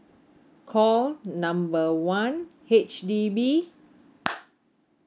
call number one H_D_B